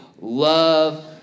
Love